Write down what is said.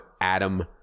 Adam